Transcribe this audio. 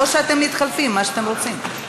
או שאתם מתחלפים, מה שאתם רוצים.